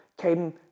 came